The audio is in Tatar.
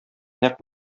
нәкъ